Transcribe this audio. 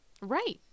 Right